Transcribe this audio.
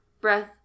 breath